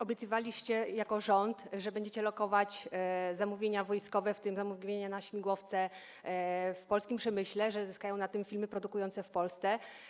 Obiecywaliście jako rząd, że będziecie lokować zamówienia wojskowe, w tym zamówienia na śmigłowce, w polskim przemyśle, że zyskają na tym firmy produkujące w Polsce.